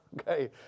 okay